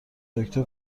دکتر